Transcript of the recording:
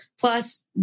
plus